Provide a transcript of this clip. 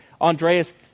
Andreas